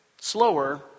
slower